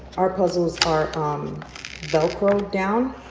our puzzles are um velcro down,